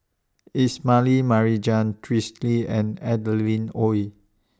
Ismail Marjan Twisstii and Adeline Ooi